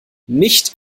nicht